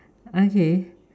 okay